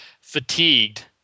fatigued